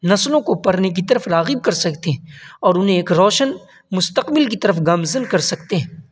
نسلوں کو پڑھنے کی طرف راغب کر سکتے ہیں اور انہیں ایک روشن مستقبل کی طرف گامزن کر سکتے ہیں